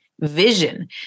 vision